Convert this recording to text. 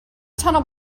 tunnel